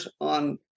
on